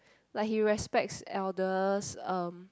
like he respects elders um